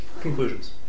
conclusions